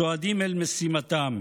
צועדים אל משימתם.